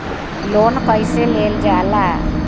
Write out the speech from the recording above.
Loan कईसे लेल जाला?